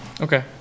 Okay